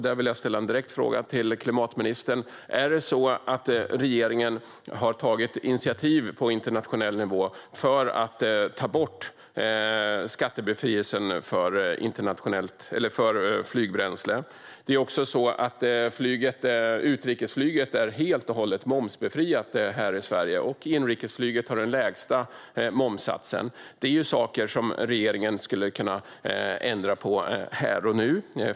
Där vill jag ställa en direkt fråga till klimatministern: Har regeringen tagit initiativ på internationell nivå för att ta bort skattebefrielsen för flygbränsle? Utrikesflyget är också helt momsbefriat här i Sverige, och inrikesflyget har den lägsta momssatsen. Det är saker som regeringen skulle kunna ändra på här och nu.